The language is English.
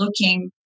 looking